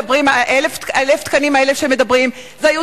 1,000 התקנים האלה שמדברים עליהם,